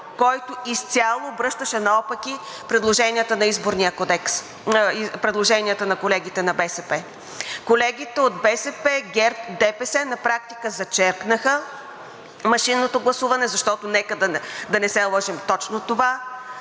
който изцяло обръщаше наопаки предложенията на колегите от БСП. Колегите от БСП, ГЕРБ, ДПС на практика зачеркнаха машинното гласуване, защото, нека да не се лъжем, точно това